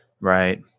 Right